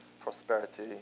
prosperity